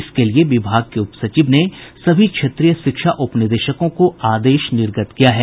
इसके लिए विभाग के उपसचिव ने सभी क्षेत्रीय शिक्षा उपनिदेशकों को आदेश निर्गत किया है